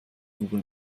google